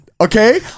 Okay